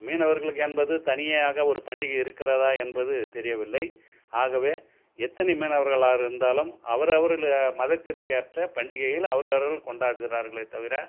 மீனவர்களுக்கு என்பது தனியாக ஒரு பண்டிகை இருக்கிறதா என்பது தெரியவில்லை ஆகவே எத்தனை மீனவர்களாக இருந்தாலும் அவர் அவர்களும் மதத்திற்கு ஏற்ற பண்டிகையில் அவர் அவர்கள் கொண்டாடுகிறார்களே தவிர